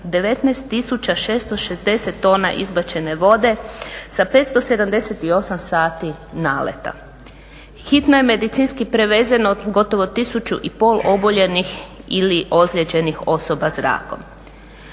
19.660 tona izbačene vode sa 578 sati naleta. Hitno je medicinski prevezeno gotovo 1.500 oboljelih ili ozlijeđenih osoba zrakom.